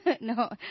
no